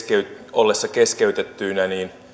ollessa keskeytettyinä